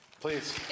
Please